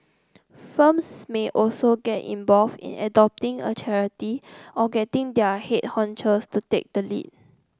firms may also get involved in adopting a charity or getting their head honchos to take the lead